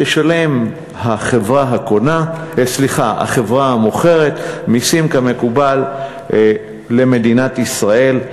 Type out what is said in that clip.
תשלם החברה המוכרת מסים כמקובל למדינת ישראל.